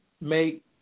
make